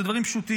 זה דברים פשוטים,